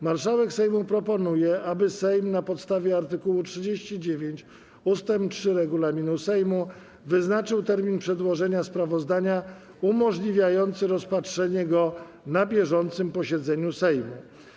Marszałek Sejmu proponuje, aby Sejm, na podstawie art. 39 ust. 3 regulaminu Sejmu, wyznaczył termin przedłożenia sprawozdania umożliwiający rozpatrzenie go na bieżącym posiedzeniu Sejmu.